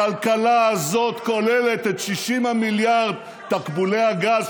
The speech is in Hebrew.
הכלכלה הזאת כוללת את 60 המיליארד תקבולי הגז,